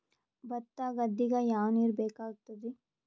ಭತ್ತ ಗದ್ದಿಗ ಯಾವ ನೀರ್ ಬೇಕಾಗತದರೀ?